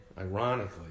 ironically